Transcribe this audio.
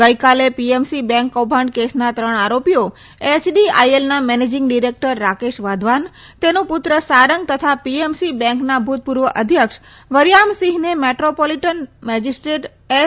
ગઇકાલે PMC bank કૌભાંડ કેસના ત્રણ આરોપીઓ એયડીઆઇએલના મેનેજીંગ ડીરેકટર રાકેશ વાધવાન તેનો પુત્ર સારંગ તથા પીએમસી બેંકના ભુતપુર્વ અધ્યક્ષ વરથામસિંહને ગઇકાલે મેટ્રોપોલીટન મેજીસ્ટ્રેટ એસ